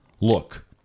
look